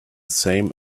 same